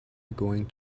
going